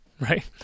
Right